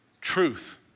truth